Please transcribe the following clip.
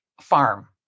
farm